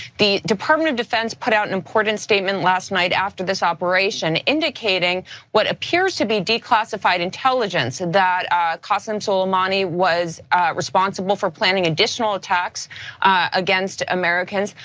the department of defense put out an important statement last night after this operation, indicating what appears to be declassified intelligence that qasem soleimani was responsible for planning additional attacks against americans.